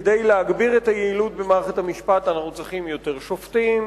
כדי להגביר את היעילות במערכת המשפט אנחנו צריכים יותר שופטים,